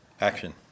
Action